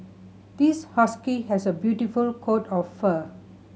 this husky has a beautiful coat of fur